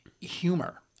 Humor